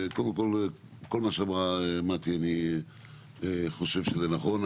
קודם כל, כל מה שאמרה מטי אני חושב זה נכון.